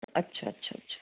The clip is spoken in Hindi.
अच्छा अच्छा अच्छा